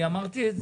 אני אמרתי את זה.